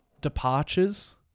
departures